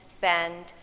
bend